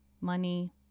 money